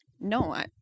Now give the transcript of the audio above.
No